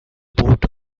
port